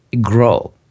grow